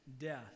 death